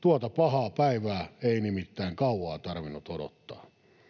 Tuota pahaa päivää ei nimittäin kauaa tarvinnut odottaa.